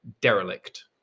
derelict